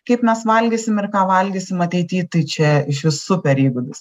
kaip mes valgysim ir ką valgysim ateity tai čia išvis super įgūdis